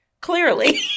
clearly